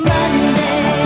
Monday